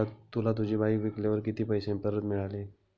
तुला तुझी बाईक विकल्यावर किती पैसे परत मिळाले?